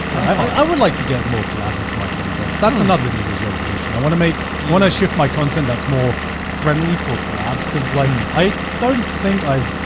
i would like to get more collabs into my content. that's another new year's resolution. i want to make one, i shift my content that's more friendly for collabs. cause like, i don't think i've,